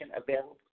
available